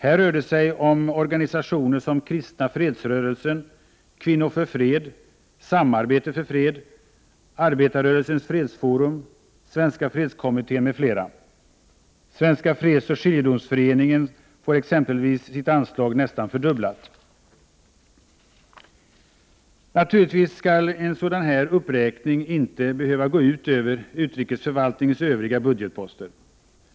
Här rör det sig om organisationer som Kristna fredsrörelsen, Kvinnor för fred, Samarbete för fred, Arbetarrörelsens fredsforum, Svenska fredskommittén m.fl. Svenska fredsoch skiljedomsföreningen får exempelvis sitt anslag nästan fördubblat. Naturligtvis skall en sådan här uppräkning inte behöva gå ut över utrikesförvaltningens övriga budgetposter.